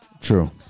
True